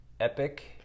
Epic